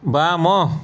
ବାମ